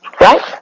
Right